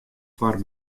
foar